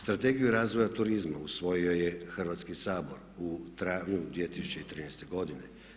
Strategiju razvoja turizma usvojio je Hrvatski sabor u travnju 2013.godine.